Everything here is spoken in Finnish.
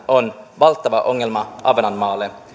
on valtava ongelma ahvenanmaalle